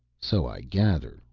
so i gather,